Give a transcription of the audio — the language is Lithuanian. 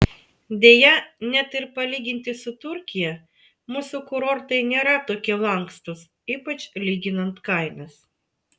deja net ir palyginti su turkija mūsų kurortai nėra tokie lankstūs ypač lyginant kainas